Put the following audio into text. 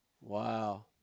Wow